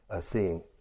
seeing